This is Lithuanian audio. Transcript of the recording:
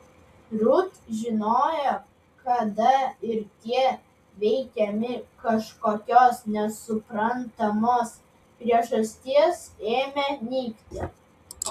rut žinojo kada ir tie veikiami kažkokios nesuprantamos priežasties ėmė nykti